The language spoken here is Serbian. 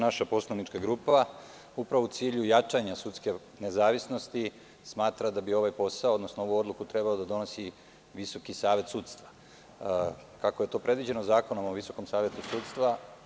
Naša poslanička grupa u cilju jačanja sudske nezavisnosti smatra da bi ovaj posao, odnosno ovu odluku treba da donosi Visoki savet sudstva kako je to predviđeno Zakonom o Visokom savetu sudstva.